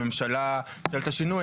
בממשלה שעשתה שינוי,